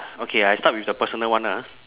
okay I start with the personal one ah